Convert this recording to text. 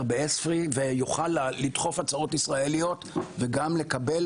ב- ESFRI ויוכל לדחוף הצעות ישראליות וגם לקבל